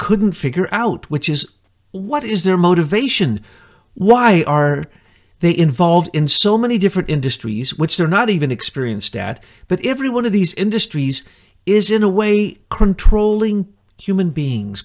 couldn't figure out which is what is their motivation why are they involved in so many different industries which they're not even experienced at but every one of these industries is in a way controlling human beings